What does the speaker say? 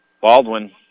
baldwin